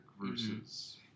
versus